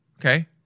Okay